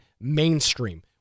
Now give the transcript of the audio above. mainstream